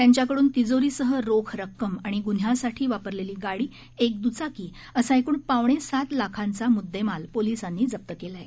त्यांच्याकड्न तिजोरीसह रोख रक्कम आणि ग्न्हयासाठी वापरलेली गाडी एक दुचाकी असा एकूण पावणेसात लाखांचा मुददेमाल पोलिसांनी जप्त केला आहे